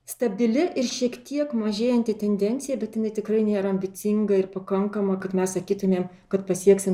stabili ir šiek tiek mažėjanti tendencija bet jinai tikrai nėra ambicinga ir pakankama kad mes sakytumėm kad pasieksim